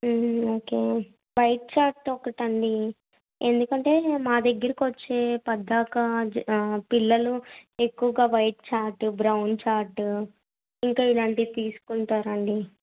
okay white chart ఒకటండి ఎందుకంటే మా దగ్గరకొచ్చే పది దాకా పిల్లలు ఎక్కువగా వైట్ చార్టు బ్రౌన్ చార్టు ఇంకా ఇలాంటివి తీసుకుంటారండి